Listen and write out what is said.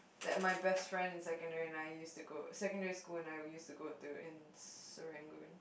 that my best friend in secondary and I used to go secondary school and I would used to go to in Serangoon